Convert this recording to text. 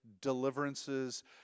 deliverances